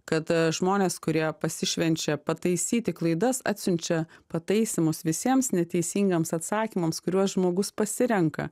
kada žmonės kurie pasišvenčia pataisyti klaidas atsiunčia pataisymus visiems neteisingams atsakymams kuriuos žmogus pasirenka